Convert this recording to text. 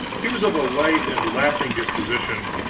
he was of a light and laughing disposition,